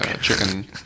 chicken